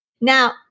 Now